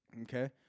okay